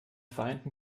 vereinten